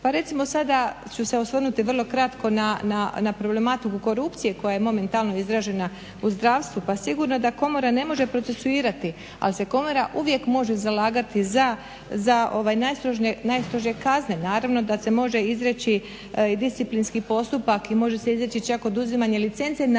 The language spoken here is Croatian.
Pa recimo sada ću se osvrnuti vrlo kratko na problematiku korupcije koja je momentalno izražena u zdravstvu. Pa sigurno je da Komora ne može procesuirati, ali se Komora uvijek može zalagati za najstrožije kazne. Naravno da se može izreći i disciplinski postupak i može se izreći čak oduzimanje licence.